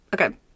Okay